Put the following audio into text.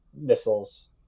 missiles